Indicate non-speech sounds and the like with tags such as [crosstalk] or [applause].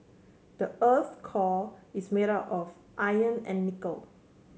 the earth's core is made [unintelligible] of iron and nickel